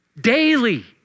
daily